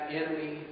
enemy